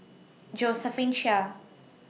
Josephine Chia